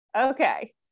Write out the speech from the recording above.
okay